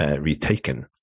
retaken